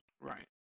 Right